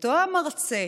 אותו המרצה,